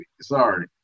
Sorry